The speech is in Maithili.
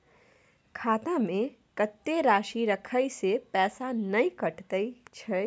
खाता में कत्ते राशि रखे से पैसा ने कटै छै?